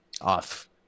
off